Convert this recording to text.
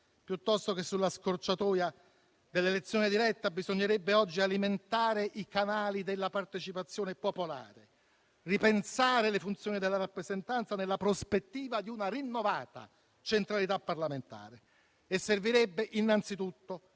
Piuttosto che seguire la scorciatoia dell'elezione diretta, bisognerebbe oggi alimentare i canali della partecipazione popolare e ripensare le funzioni della rappresentanza nella prospettiva di una rinnovata centralità parlamentare. Servirebbe innanzitutto